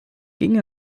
ging